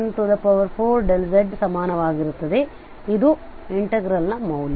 2πiCe2zz14dz ಸಮಾನವಾಗಿರುತ್ತದೆ ಇದು ಇಂಟೆಗ್ರಲ್ ನ ಮೌಲ್ಯ